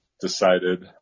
decided